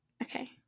Okay